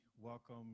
welcome